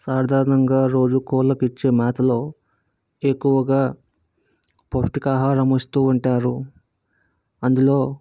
సాదరణంగా రోజూ కోళ్ళకి ఇచ్చే మేతలో ఎక్కువుగా పోష్టికాహారం ఇస్తూ ఉంటారు అందులో